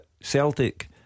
Celtic